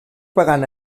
pagant